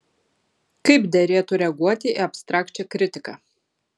kaip derėtų reaguoti į abstrakčią kritiką